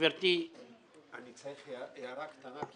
הערה קטנה.